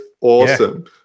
awesome